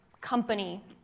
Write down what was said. company